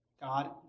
God